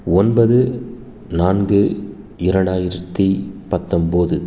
ஒன்பது நான்கு இரண்டாயிரத்தி பத்தொன்போது